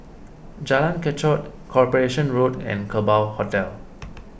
Jalan Kechot Corporation Road and Kerbau Hotel